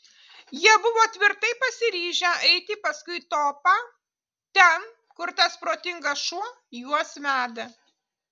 jie buvo tvirtai pasiryžę eiti paskui topą ten kur tas protingas šuo juos veda